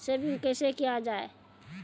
Saving कैसै किया जाय?